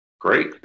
Great